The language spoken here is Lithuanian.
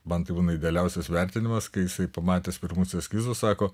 man tai būna idealiausias vertinimas kai jisai pamatęs pirmus eskizus sako